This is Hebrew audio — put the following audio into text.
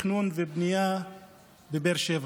לתכנון ובנייה בבאר שבע.